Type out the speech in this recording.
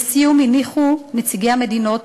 לסיום הניחו נציגי המדינות,